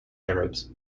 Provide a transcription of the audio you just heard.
arabs